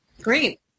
Great